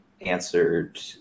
answered